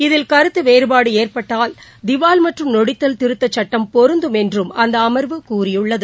இதில் கருத்து வேறபாடு ஏற்பட்டால் திவால் மற்றும் நொடித்தல் திருத்தச் சட்டம் பொருந்தும் என்றும் அந்த அமர்வு கூறியுள்ளது